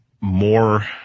more